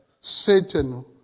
Satan